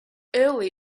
early